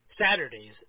Saturdays